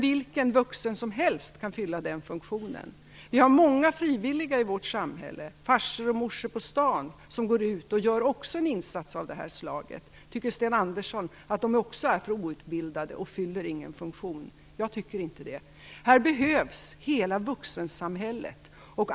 Vilken vuxen som helst kan fylla den funktionen. Vi har många frivilliga i vårt samhälle. Farsor & Morsor på Stan går ut och gör en insats av detta slag. Tycker Sten Andersson att de också är för outbildade, och inte fyller någon funktion? Jag tycker inte det. Här behövs hela vuxensamhället.